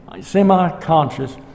semi-conscious